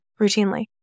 routinely